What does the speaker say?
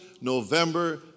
November